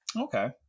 Okay